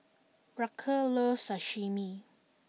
Raquel loves Sashimi